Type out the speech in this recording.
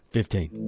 Fifteen